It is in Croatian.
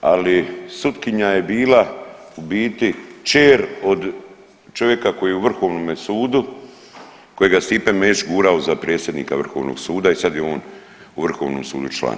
ali sutkinja je bila u biti kćer od čovjeka koji je u vrhovnome sudu kojega je Stipe Mesić gurao za predsjednika vrhovnog suda i sada je on u vrhovnom sudu član.